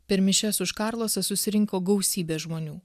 per mišias už karlosą susirinko gausybė žmonių